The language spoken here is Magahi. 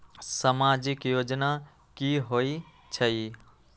समाजिक योजना की होई छई?